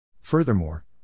Furthermore